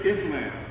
Islam